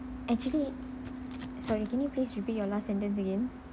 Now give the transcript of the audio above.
actually sorry can you please repeat your last sentence again